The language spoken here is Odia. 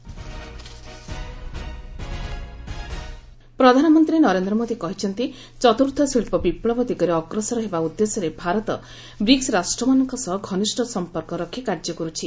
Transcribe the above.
ପିଏମ୍ ବ୍ରିକ୍ସ ପ୍ରଧାନମନ୍ତ୍ରୀ ନରେନ୍ଦ୍ର ମୋଦି କହିଛନ୍ତି ଚତୁର୍ଥ ଶିଳ୍ପ ବିପ୍ଳବ ଦିଗରେ ଅଗ୍ରସର ହେବା ଉଦ୍ଦେଶ୍ୟରେ ଭାରତ ବ୍ରିକ୍ ରାଷ୍ଟ୍ରମାନଙ୍କ ସହ ଘନିଷ୍ଠ ସଂପର୍କ ରଖି କାର୍ଯ୍ୟ କରୁଛି